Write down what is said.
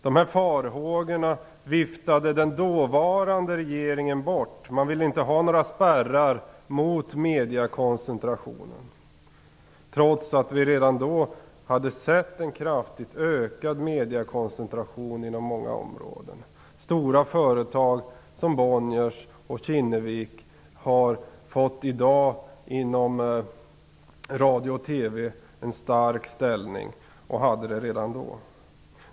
Den dåvarande regeringen viftade bort farhågorna. Man ville inte ha några spärrar mot mediekoncentrationen. Detta var trots att vi redan då hade sett en kraftigt ökad mediekoncentration inom många områden. Stora företag som Bonniers och Kinnevik har i dag en stark ställning inom radio och TV. De hade det redan tidigare.